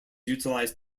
utilized